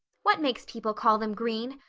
what makes people call them green?